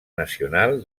nacional